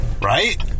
Right